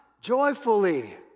joyfully